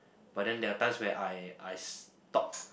but then there're times where I I stop